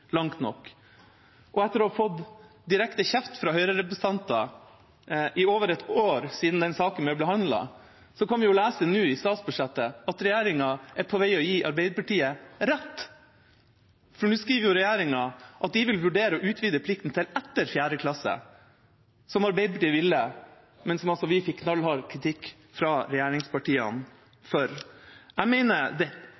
langt nok. Etter å ha fått direkte kjeft fra Høyre-representanter i over et år siden den saken ble behandlet, kan vi nå lese i statsbudsjettet at regjeringa er på vei til å gi Arbeiderpartiet rett. Nå skriver regjeringa at de vil vurdere å utvide plikten til etter 4. klasse, slik Arbeiderpartiet ville, men som vi fikk knallhard kritikk fra